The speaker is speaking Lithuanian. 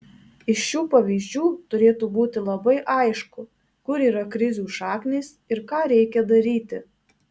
iš šių pavyzdžių turėtų būti labai aišku kur yra krizių šaknys ir ką reikia daryti